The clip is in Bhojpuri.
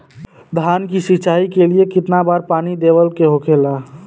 धान की सिंचाई के लिए कितना बार पानी देवल के होखेला?